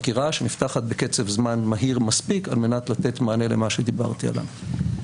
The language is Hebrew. חקירה שנפתחת בקצב זמן מהיר מספיק על מנת לתת מענה למה שדיברתי עליו.